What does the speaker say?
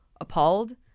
appalled